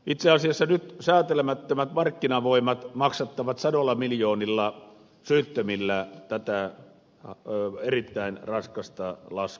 itse asiassa nyt säätelemättömät markkinavoimat maksattavat sadoilla miljoonilla syyttömillä tätä erittäin raskasta laskua